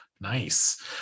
Nice